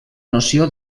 noció